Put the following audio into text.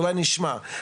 אולי נשמע,